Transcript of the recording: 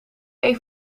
even